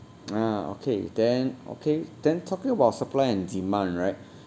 ah okay then okay then talking about supply and demand right